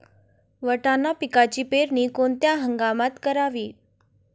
वाटाणा पिकाची पेरणी कोणत्या हंगामात करावी?